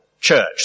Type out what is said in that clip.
church